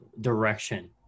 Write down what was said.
direction